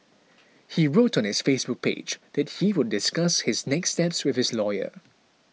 he wrote on his Facebook page that he will discuss his next steps with his lawyer